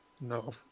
No